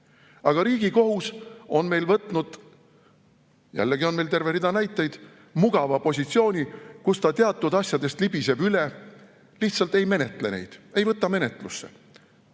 Aga Riigikohus on võtnud, jällegi on meil terve rida näiteid, mugava positsiooni, kus ta teatud asjadest libiseb üle, lihtsalt ei menetle neid, ei võta menetlusse